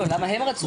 לא, למה הם רצו?